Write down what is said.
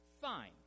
Fine